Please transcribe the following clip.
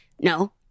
No